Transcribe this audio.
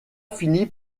finit